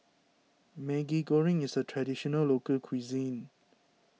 Maggi Goreng is a Traditional Local Cuisine